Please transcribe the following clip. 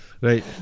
Right